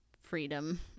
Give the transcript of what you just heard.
freedom